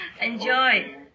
Enjoy